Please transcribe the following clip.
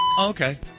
Okay